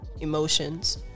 emotions